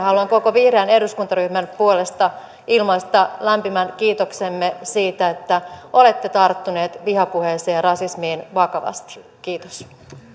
haluan koko vihreän eduskuntaryhmän puolesta ilmaista lämpimän kiitoksemme siitä että olette tarttuneet vihapuheeseen ja rasismiin vakavasti kiitos